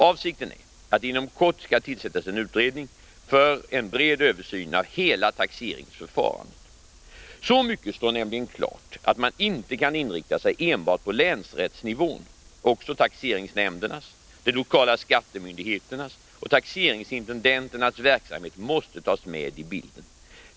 Avsikten är att det inom kort skall tillsättas en utredning för en bred översyn av hela taxeringsförfarandet, Så mycket står nämligen klart att man inte kan inrikta sig enbart på länsrättsnivån. Också taxeringsnämndernas, de lokala skattemyndigheternas och taxeringsintendenternas verksamhet måste tas med i bilden.